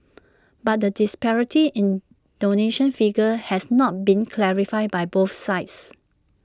but the disparity in donation figures has not been clarified by both sides